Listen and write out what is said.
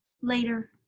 later